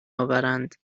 آورند